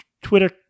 Twitter